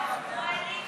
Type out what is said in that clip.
(תיקון מס'